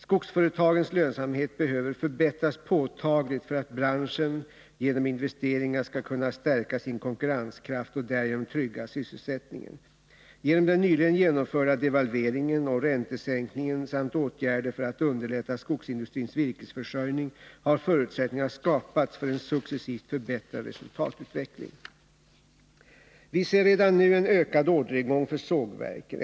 Skogsföretagens lönsamhet behöver förbättras påtagligt för att branschen genom investeringar skall kunna stärka sin konkurrenskraft och därigenom trygga sysselsättningen. Genom den nyligen genomförda delvalveringen och räntesänkningen samt åtgärder för att underlätta skogsindustrins virkesförsörjning har förutsättningar skapats för en successivt förbättrad resultatutveckling. Vi ser redan nu en ökad orderingång för sågverken.